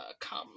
come